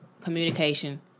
communication